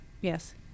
yes